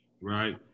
right